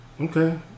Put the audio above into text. Okay